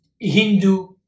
Hindu